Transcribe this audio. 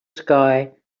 sky